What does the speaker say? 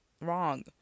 wrong